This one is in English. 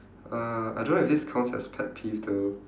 uh I don't know if this counts as pet peeve though